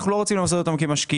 אנחנו לא רוצים לעשות אותם כמשקיעים.